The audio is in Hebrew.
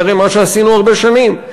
הרי זה מה שעשינו הרבה שנים.